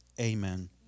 Amen